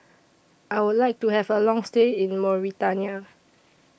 I Would like to Have A Long stay in Mauritania